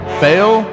fail